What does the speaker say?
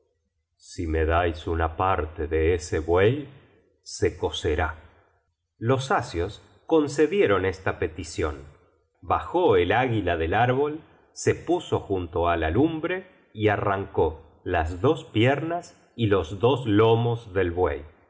si me dais una parte de ese buey se cocerá los asios concedieron esta peticion bajó el águila del árbol se puso junto á la lumbre y arrancó las dos piernas y los dos lomos del buey